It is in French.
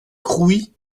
crouy